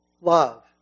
Love